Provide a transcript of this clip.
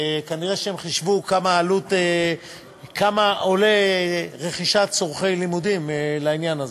כנראה הם חישבו כמה עולה רכישת צורכי לימודים לעניין הזה.